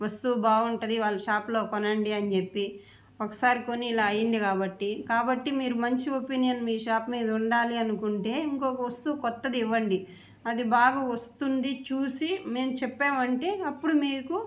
వస్తువు బాగుంటుంది వాళ్ళ షాపులో కొనండి అని చెప్పి ఒకసారి కొని ఇలా అయింది కాబట్టి కాబట్టి మీరు మంచి ఒపీనియన్ మీ షాప్ మీద ఉండాలి అనుకుంటే ఇంకొక వస్తువు కొత్తది ఇవ్వండి అది బాగా వస్తుంది చూసి మేము చెప్పాము అంటే అప్పుడు మీకు